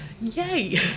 yay